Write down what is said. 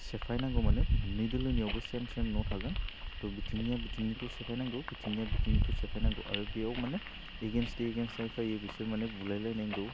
सेफायनांगौ माने मोननै दोलोनियावबो सेम सेम न' थागोन थह बिथिंनिया बिथिंनिखौ सेफायनांगौ बिथिंनिया बिथिंनिखौ सेफायनांगौ आरो बेयाव माने एगेन्स दिएगेन्स जाय फैयो माने बुलायलायनांगौ